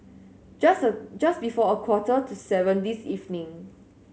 just just before a quarter to seven this evening